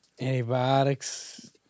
Antibiotics